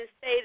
say